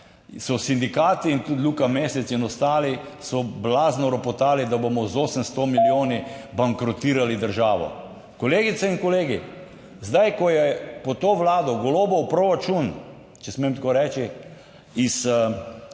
so sindikati, in tudi Luka Mesec in ostali, so blazno ropotali, da bomo z 800 milijoni bankrotirali državo. Kolegice in kolegi, zdaj, ko je pod to Vlado Golobov proračun, če smem tako reči, v zadnjih